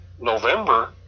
November